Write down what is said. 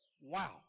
Wow